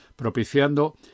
propiciando